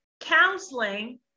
counseling